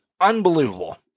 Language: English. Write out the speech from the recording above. unbelievable